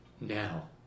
now